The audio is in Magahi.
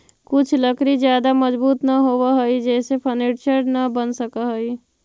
कुछ लकड़ी ज्यादा मजबूत न होवऽ हइ जेसे फर्नीचर न बन सकऽ हइ